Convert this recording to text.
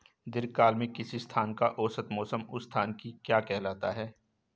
दीर्घकाल में किसी स्थान का औसत मौसम उस स्थान की क्या कहलाता है?